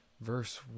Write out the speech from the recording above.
verse